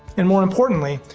and more importantly,